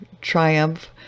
Triumph